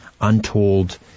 untold